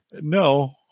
No